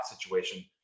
situation